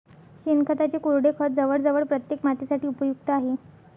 शेणखताचे कोरडे खत जवळजवळ प्रत्येक मातीसाठी उपयुक्त आहे